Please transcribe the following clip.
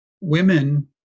Women